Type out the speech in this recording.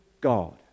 God